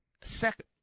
Second